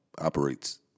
operates